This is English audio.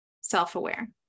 self-aware